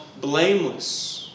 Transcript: Blameless